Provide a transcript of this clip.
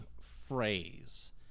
phrase